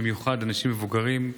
במיוחד אנשים מבוגרים,